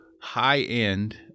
high-end